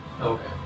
Okay